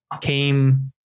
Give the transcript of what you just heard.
came